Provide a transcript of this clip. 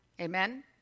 Amen